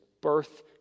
birth